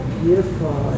beautiful